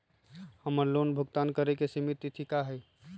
हमर लोन भुगतान करे के सिमित तिथि का हई?